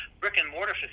brick-and-mortar